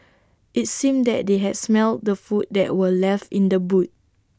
IT seemed that they had smelt the food that were left in the boot